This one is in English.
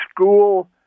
school